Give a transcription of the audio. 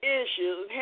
issues